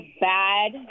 bad